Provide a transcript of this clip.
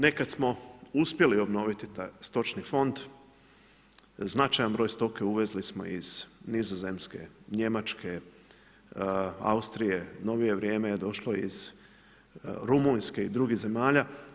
Nekada smo uspjeli obnoviti taj stočni fond, značajan broj stoke uvezli smo iz Nizozemske, Njemačke, Austrije, u novije vrijeme je došlo iz Rumunjske i drugih zemalja.